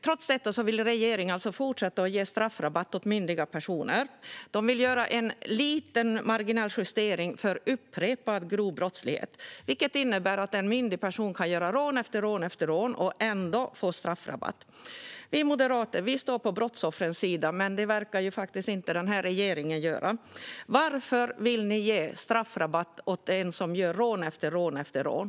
Trots detta vill regeringen fortsätta att ge myndiga personer straffrabatt. Man vill göra en marginell justering för upprepad grov brottslighet, vilket innebär att en myndig person kan begå rån efter rån och ändå få straffrabatt. Vi moderater står på brottsoffrens sida, men det verkar regeringen inte göra. Varför vill ni ge straffrabatt till en som begår rån efter rån?